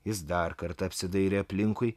jis dar kartą apsidairė aplinkui